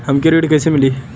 हमके ऋण कईसे मिली?